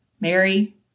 Mary